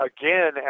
again